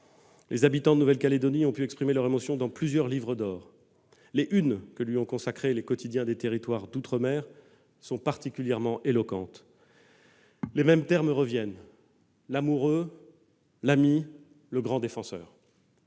les habitants de Nouvelle-Calédonie ont pu exprimer leur émotion dans plusieurs livres d'or. Les unes des quotidiens d'outre-mer sont particulièrement éloquentes, où les mêmes termes reviennent : l'amoureux, l'ami, le grand défenseur.